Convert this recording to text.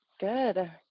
Good